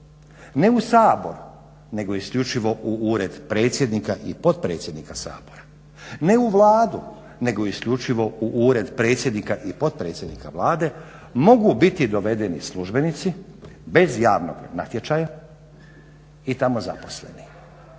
ne u Sabor nego isključivo u ured predsjednika i potpredsjednika Sabora, ne u Vladu nego isključivo u ured predsjednika i potpredsjednika Vlade mogu biti dovedeni službenici bez javnoga natječaja i tamo zaposleni.